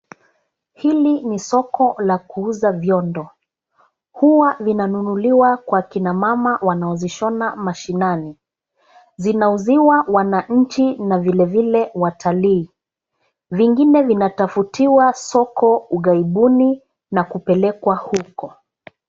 Hili ni soko la kuuza viondo. Huwa linanunuliwa kwa kina mama wanaozishona mashinani. Zinauziwa wananchi na vilevile watalii. Vingine vinatafutiwa soko ughaibuni na kupelekwa huko.